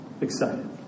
excited